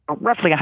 roughly